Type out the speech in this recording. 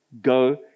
go